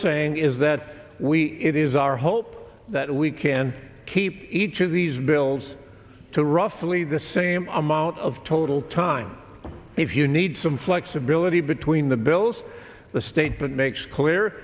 saying is that we it is our hope that we can keep each of these bills to roughly the same amount of total time if you need some flexibility between the bills the state that makes clear